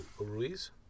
Ruiz